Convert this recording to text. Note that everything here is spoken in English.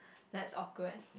that's awkward